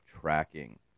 tracking